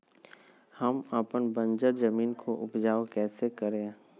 हम अपन बंजर जमीन को उपजाउ कैसे करे?